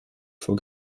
vor